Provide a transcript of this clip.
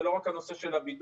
זה לא רק הנושא של הבידוד.